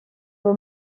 were